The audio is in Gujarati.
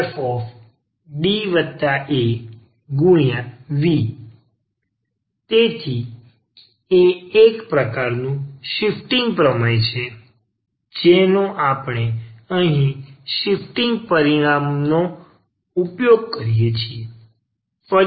તેથી 1fDeaxVeax1fDaV તેથી તે એક પ્રકારનું શિફ્ટિંગ પ્રમેય છે જેનો આપણે અહીં શિફ્ટિંગ પરિણામનો ઉપયોગ કરીએ છીએ